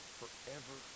forever